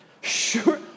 sure